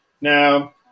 Now